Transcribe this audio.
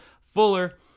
Fuller